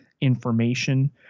information